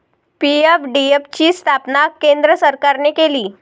PFDF ची स्थापना केंद्र सरकारने केली